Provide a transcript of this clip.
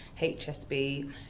HSB